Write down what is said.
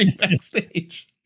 backstage